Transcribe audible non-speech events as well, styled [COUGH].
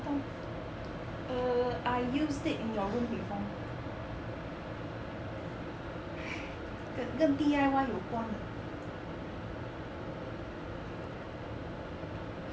跟 err I use it in your room before [LAUGHS] 跟跟 D_I_Y 有关的